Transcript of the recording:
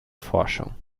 forschung